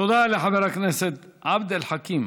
תודה לחבר הכנסת עבד אל חכים.